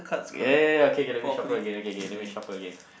ya ya ya okay K let me shuffle again okay K let me shuffle again